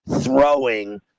throwing